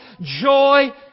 joy